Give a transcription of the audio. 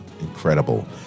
Incredible